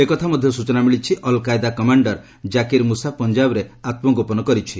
ଏକଥା ମଧ୍ୟ ସୂଚନା ମିଳିଛି Al Qaeda commander Zakir Musa ପଞ୍ଜାବରେ ଆତ୍ମଗୋପନ କରିଛି